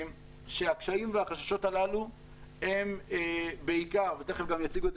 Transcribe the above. שהקשיים והחששות הללו הם בעיקר תיכף גם יציגו את זה